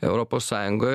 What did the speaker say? europos sąjungoj